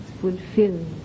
fulfilled